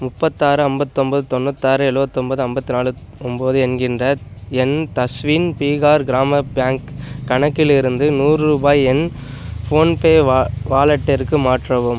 முப்பத்தாறு ஐம்பத்தொம்போது தொண்ணூத்தாறு எழுவத்தொம்போது ஐம்பத்நாலு ஒம்பது என்கின்ற என் தஷ்வின் பீகார் கிராம பேங்க் கணக்கிலிருந்து நூறு ரூபாய் என் ஃபோன்பே வா வாலெட்டிற்கு மாற்றவும்